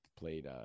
played